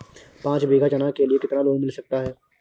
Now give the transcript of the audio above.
पाँच बीघा चना के लिए कितना लोन मिल सकता है?